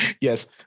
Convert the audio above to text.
yes